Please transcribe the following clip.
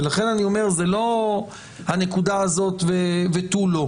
לכן אני אומר שזה לא הנקודה הזאת ותו לא.